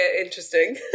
interesting